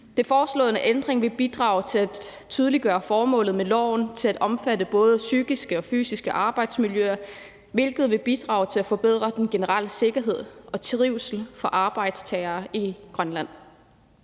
Den foreslåede ændring vil bidrage til at tydeliggøre formålet med loven til at omfatte både psykisk og fysisk arbejdsmiljø, hvilket vil bidrage til at forbedre den generelle sikkerhed og trivsel for arbejdstagere i Grønland.